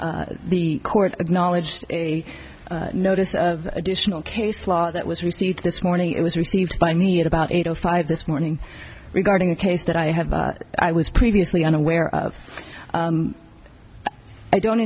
approach the court acknowledged a notice of additional case law that was received this morning it was received by me at about eight o five this morning regarding a case that i have i was previously unaware of i don't